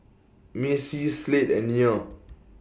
Macie Slade and Nia